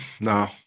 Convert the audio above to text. No